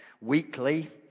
weekly